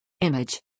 Image